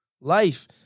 Life